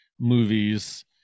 movies